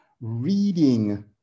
reading